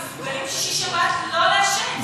הם מסוגלים בשישי-שבת לא לעשן,